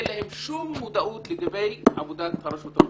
אין להם כל מודעות לגבי עבודת הרשות המקומית.